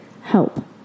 help